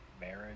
marriage